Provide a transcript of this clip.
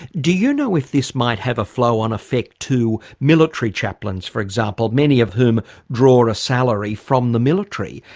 do you know if this might have a flow-on effect to military chaplains, for example, many of whom draw a salary from the military,